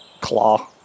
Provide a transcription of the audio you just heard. claw